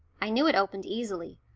i knew it opened easily,